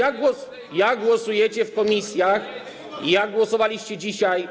A jak głosujecie w komisjach i jak głosowaliście dzisiaj.